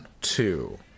two